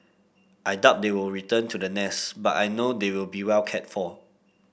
I doubt they will return to the nest but I know they will be well cared for